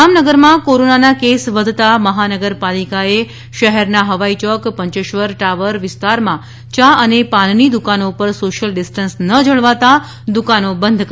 જામનગરમાં કોરોનાના કેસ વધતાં મહાનગરપાલિકાએ શહેરના હવાઇચોક પંચેશ્વર ટાવર વિસ્તારમાં યા પાનની દુકાનો પર સોશિયલ ડિસ્ટન્સ ન જળવાતાં દુકાનો બંધ કરાવી છે